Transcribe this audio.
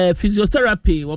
Physiotherapy